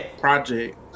project